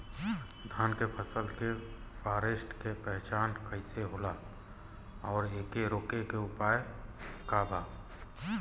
धान के फसल के फारेस्ट के पहचान कइसे होला और एके रोके के उपाय का बा?